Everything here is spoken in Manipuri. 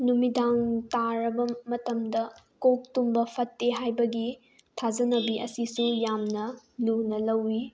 ꯅꯨꯃꯤꯗꯥꯡ ꯇꯥꯔꯕ ꯃꯇꯝꯗ ꯀꯣꯛꯇꯨꯝꯕ ꯐꯇꯦ ꯍꯥꯏꯕꯒꯤ ꯊꯥꯖꯅꯕꯤ ꯑꯁꯤꯁꯨ ꯌꯥꯝꯅ ꯂꯨꯅ ꯂꯧꯏ